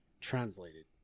translated